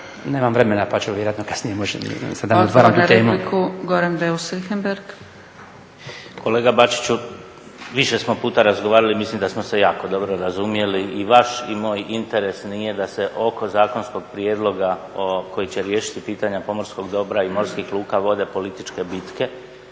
na repliku, Goran Beus Richembergh. **Beus Richembergh, Goran (HNS)** Kolega Bačiću, više smo puta razgovarali, mislim da smo se jako dobro razumjeli. I vaš i moj interes nije da se oko zakonskog prijedloga koji će riješiti pitanja pomorskog dobra i morskih luka … političke bitke,